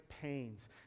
pains